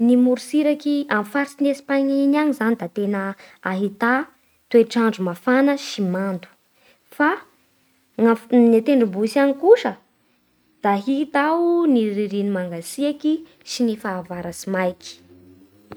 Ny morotsiraky amin'ny faritsy Espaina iny agny zany da tena ahità toetr'andro mafana sy mando fa ny agny f- ny tendrombohitsy any kosa da hita ao ny ririny mangatsiaky sy ny fahavaratsy maiky.